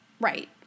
Right